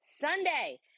Sunday